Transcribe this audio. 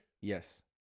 Yes